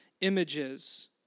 images